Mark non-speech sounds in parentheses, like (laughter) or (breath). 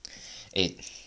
(breath) eight